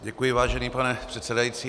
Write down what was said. Děkuji, vážený pane předsedající.